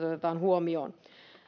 otetaan huomioon